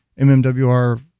MMWR